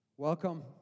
Welcome